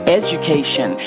education